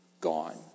gone